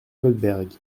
goldberg